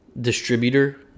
distributor